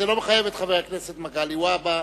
זה לא מחייב את חבר הכנסת מגלי והבה,